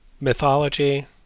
mythology